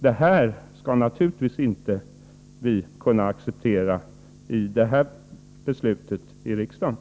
Det föreliggande förslaget till beslut här i riksdagen kan vi inte acceptera.